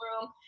room